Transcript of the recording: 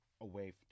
away